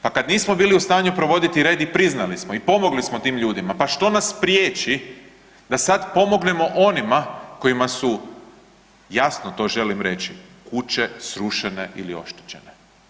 Pa kada nismo bili u stanju provoditi red i priznali smo i pomogli smo tim ljudima, pa što nas priječi da sada pomognemo onima kojima su, jasno to želim reći, kuće srušene ili oštećene?